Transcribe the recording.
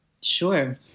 Sure